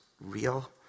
Real